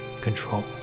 Control